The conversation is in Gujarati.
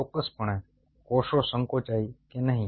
ચોક્કસપણે કોષો સંકોચાય કે નહીં